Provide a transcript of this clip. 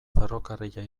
ferrokarrila